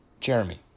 Jeremy